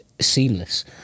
seamless